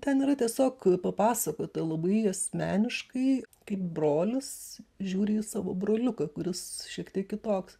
ten yra tiesiog papasakota labai asmeniškai kaip brolis žiūri į savo broliuką kuris šiek tiek kitoks